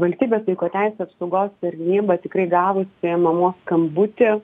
valstybės vaiko teisių apsaugos tarnyba tikrai gavusi mamos skambutį